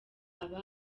aba